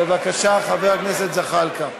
בבקשה, חבר הכנסת זחאלקה.